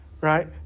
right